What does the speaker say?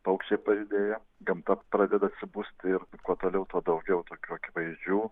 paukščiai pajudėjo gamta pradeda atsibusti ir kuo toliau tuo daugiau tokių akivaizdžių